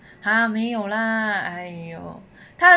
!huh! 没有 lah !aiyo!